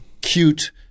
cute